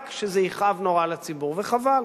רק כשזה יכאב נורא לציבור, וחבל,